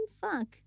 Fuck